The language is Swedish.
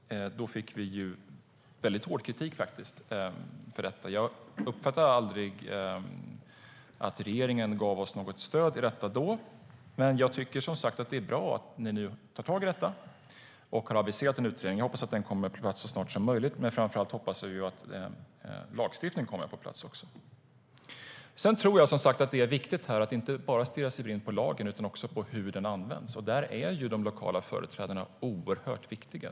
Då fick vi hård kritik för detta. Jag uppfattade aldrig att regeringen gav oss något stöd i detta då, men jag tycker som sagt att det är bra att ni nu tar tag i detta och har aviserat en utredning. Jag hoppas att den kommer på plats så snart som möjligt, men framför allt hoppas jag att lagstiftningen kommer på plats också. Jag tror som sagt att det är viktigt att inte bara stirra sig blind på lagen utan också på hur den används. Där är de lokala företrädarna oerhört viktiga.